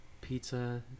Pizza